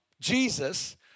Jesus